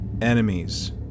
enemies